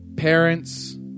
Parents